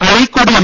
Azhikode M